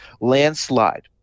landslide